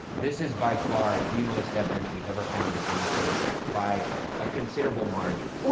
this is by far the most evidence we've ever found in any place by a considerable margin. oh